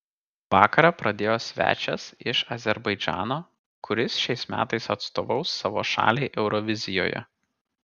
vakarą pradėjo svečias iš azerbaidžano kuris šiais metais atstovaus savo šaliai eurovizijoje